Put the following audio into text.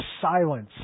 silence